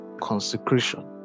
consecration